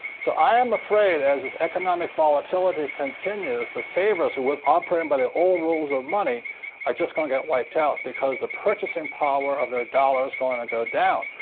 so i am afraid, as this economic volatility continues, the savers who are operating by the old rules of money are just going to get wiped out because the purchasing power of their dollar is going to go down.